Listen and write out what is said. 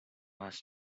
was